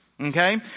Okay